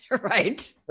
right